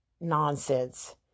nonsense